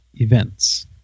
events